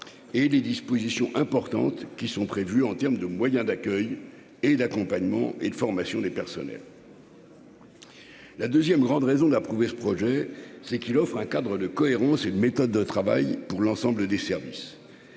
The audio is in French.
et les dispositions importantes qui sont prévues en terme de moyens d'accueil et d'accompagnement et de formation des personnels. La 2ème grande raison d'approuver ce projet c'est qu'il offre un cadre de cohérence et une méthode de travail pour l'ensemble des services,